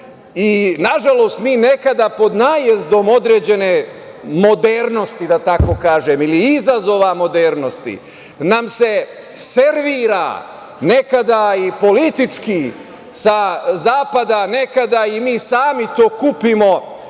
stoleća. Nažalost, mi nekada pod najezdom određene modernosti, da tako kažem, ili izazova modernosti, nam se servira nekada i politički sa zapada, nekada i mi sami to kupimo